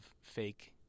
fake